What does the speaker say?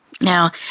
Now